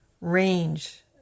range